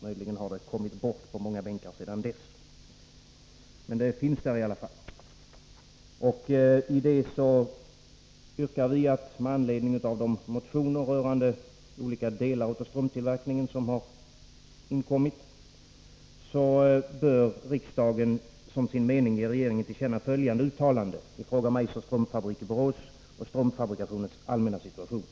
Möjligen har det kommit bort på många bänkar sedan dess, men yrkandet har ändå delats ut. I yrkandet hemställs att riksdagen, med anledning av de motioner som väckts rörande olika delar av strumptillverkningen, som sin mening ger regeringen till känna ett uttalande i fråga om Eisers strumpfabrik i Borås och strumpfabrikationens allmänna situation.